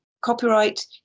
Copyright